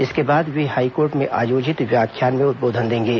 इसके बाद वे हाईकोर्ट में आयोजित व्याख्यान में उदबोधन देंगे